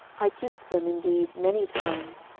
i kissed them, indeed, many times,